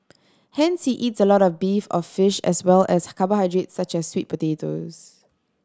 hence he eats a lot of beef or fish as well as carbohydrates such as sweet potatoes